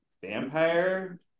vampire